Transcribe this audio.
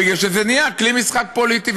מפני שזה נהיה כלי משחק פוליטי.